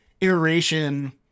iteration